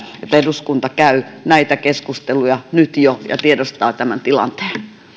että eduskunta käy näitä keskusteluja nyt jo ja tiedostaa tämän tilanteen